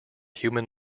human